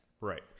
Right